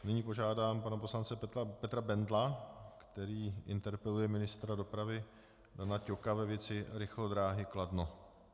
Nyní požádám pana poslance Petra Bendla, který interpeluje ministra dopravy Dana Ťoka ve věci rychlodráhy Kladno.